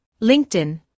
LinkedIn